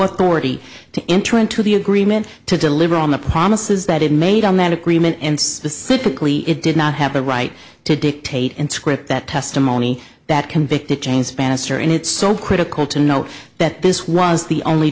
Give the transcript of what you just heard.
already to enter into the agreement to deliver on the promises that it made on that agreement and specifically it did not have a right to dictate and script that testimony that convicted james bannister and it's so critical to note that this was the only